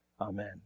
Amen